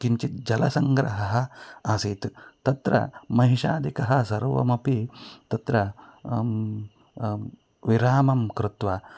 किञ्चित् जलसङ्ग्रहः आसीत् तत्र महिषादिकः सर्वमपि तत्र विरामं कृत्वा